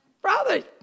Brother